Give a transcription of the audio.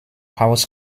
haus